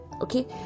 okay